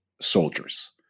soldiers